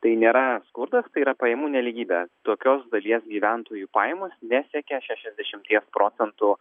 tai nėra skurdas tai yra pajamų nelygybė tokios dalies gyventojų pajamos nesiekia šešiasdešimties procentų